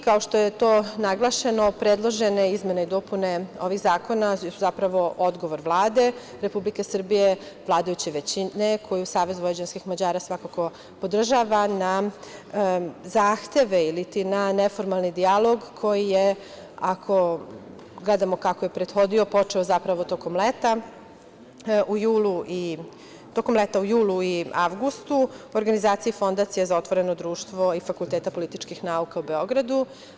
Kao što je to naglašeno, predložene izmene i dopune ovih zakona je zapravo odgovor Vlade Republike Srbije, vladajuće većine koju SVM svakako podržava, na zahteve ili ti na neformalni dijalog koji je, ako gledamo kako je prethodio, počeo zapravo tokom leta u julu i avgustu u organizaciji Fondacija za otvoreno društvo i FPN u Beogradu.